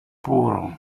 puro